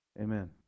Amen